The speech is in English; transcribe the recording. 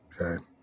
Okay